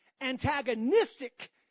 Antagonistic